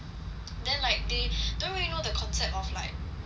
then like they don't really know the concept of like this kind of food